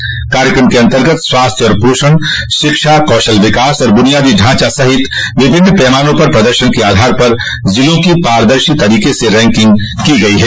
इस कार्यक्रम के अंतर्गत स्वास्थ्य और पोषण शिक्षा कौशल विकास और बुनियादी ढांचा सहित विभिन्न पैमानों पर प्रदर्शन के आधार पर जिलों की पारदर्शी तरीके से रैंकिंग की गई है